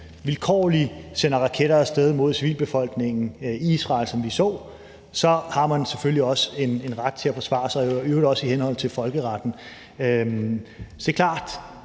vilkårligt sender raketter af sted mod civilbefolkningen i Israel, som vi så, har man selvfølgelig også en ret til at forsvare sig, og i øvrigt også i henhold til folkeretten. Det er klart,